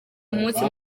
umunsi